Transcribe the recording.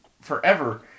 forever